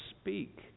speak